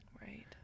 Right